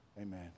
Amen